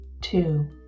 two